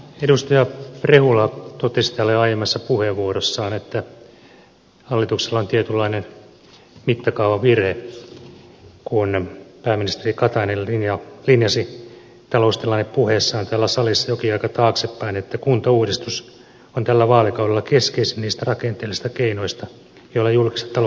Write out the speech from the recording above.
edustaja rehula totesi jo aiemmassa puheenvuorossaan että hallituksella on tietynlainen mittakaavavirhe kun pääministeri katainen linjasi taloustilannepuheessaan täällä salissa jokin aika taaksepäin että kuntauudistus on tällä vaalikaudella keskeisin niistä rakenteellisista keinoista joilla julkista taloutta voidaan vahvistaa